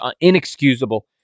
inexcusable